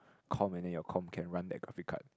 com and then your com can run that graphic card